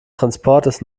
transportes